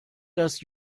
dass